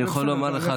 אני יכול לומר לך,